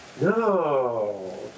no